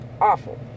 Awful